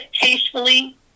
tastefully